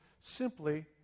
simply